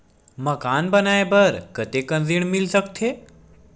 मकान बनाये बर कतेकन ऋण मिल सकथे?